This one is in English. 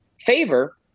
favor